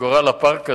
לגורל הפארק הזה.